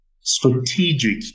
strategic